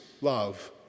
love